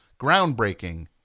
Groundbreaking